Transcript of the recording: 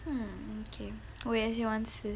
hmm 我也喜欢吃